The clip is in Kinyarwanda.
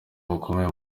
bakomeye